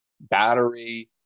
battery